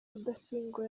rudasingwa